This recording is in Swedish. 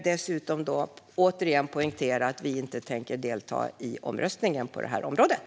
Dessutom vill jag återigen poängtera att vi inte tänker delta i omröstningen på det här området.